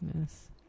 Yes